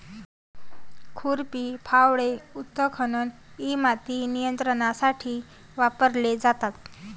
खुरपी, फावडे, उत्खनन इ माती नियंत्रणासाठी वापरले जातात